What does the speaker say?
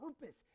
purpose